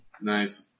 Nice